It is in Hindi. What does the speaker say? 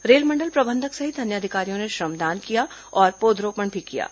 मंडल रेल प्रबंधक सहित अन्य अधिकारियों ने श्रमदान किया और पौधरोपण भी किया गया